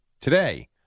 today